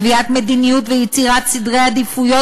"קביעת מדיניות ויצירת סדרי עדיפויות